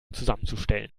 zusammenzustellen